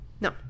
no